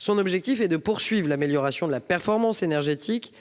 Son objet est de poursuivre l'amélioration de la performance énergétique